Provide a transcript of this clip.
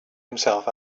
himself